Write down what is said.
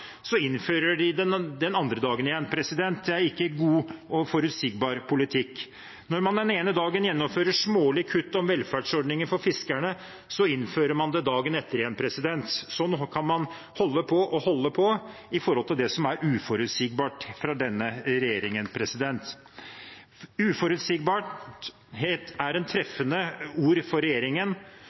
innfører det igjen den andre dagen, så er ikke det god og forutsigbar politikk. Når man den ene dagen gjennomfører smålige kutt i velferdsordninger for fiskerne, så innfører man det dagen etter igjen. Sånn kan man holde på og holde på når det gjelder det som er uforutsigbart fra denne regjeringen. Uforutsigbarhet er et treffende ord på regjeringen